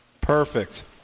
Perfect